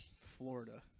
Florida